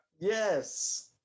Yes